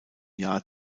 jahr